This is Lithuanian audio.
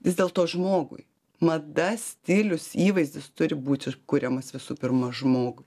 vis dėl to žmogui mada stilius įvaizdis turi būti kuriamas visų pirma žmogui